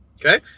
okay